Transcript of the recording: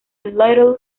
little